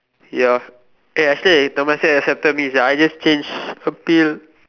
ya eh actually Temasek accepted me sia I just change appeal